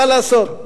ומה לעשות,